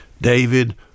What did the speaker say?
David